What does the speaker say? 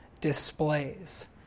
displays